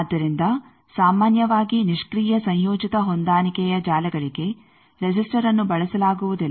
ಆದ್ದರಿಂದ ಸಾಮಾನ್ಯವಾಗಿ ನಿಷ್ಕ್ರಿಯ ಸಂಯೋಜಿತ ಹೊಂದಾಣಿಕೆಯ ಜಾಲಗಳಿಗೆ ರೆಸಿಸ್ಟರ್ಅನ್ನು ಬಳಸಲಾಗುವುದಿಲ್ಲ